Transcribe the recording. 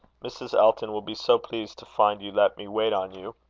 mrs. elton will be so pleased to find you let me wait on you!